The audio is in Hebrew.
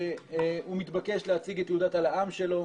הוא מתבקש להציג את תעודת הלע"מ שלו,